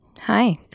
Hi